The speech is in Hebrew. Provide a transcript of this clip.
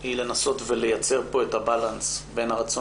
היא לנסות לייצר פה בלנס בין הרצון